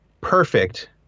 perfect